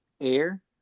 air